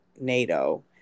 NATO